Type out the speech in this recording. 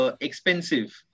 expensive